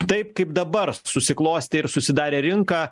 taip kaip dabar susiklostė ir susidarė rinka